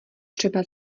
třeba